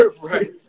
Right